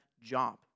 job